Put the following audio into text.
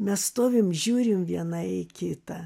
mes stovim žiūrim viena į kitą